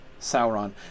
Sauron